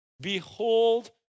Behold